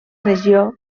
regió